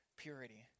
purity